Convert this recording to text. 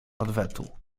odwetu